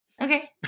Okay